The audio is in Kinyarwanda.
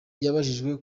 yabajijwe